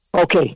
Okay